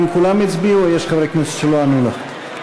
האם כולם הצביעו או יש חברי כנסת שלא ענו לך?